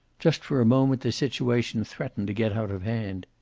just for a moment the situation threatened to get out of hand.